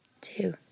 two